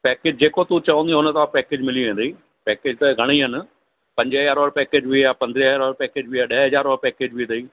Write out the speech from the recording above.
package जेको तू चवंदी हुन हिसाब पैकेज मिली वेंदी त घणेई आहिनि पंजे हज़ार जो पैकेज बि आहे पंद्रहें हज़ार वारो पैकेज बि आहे ॾए हज़ार वारो पैकेज बि अथई